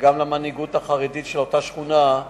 וגם למנהיגות החרדית של אותה שכונה: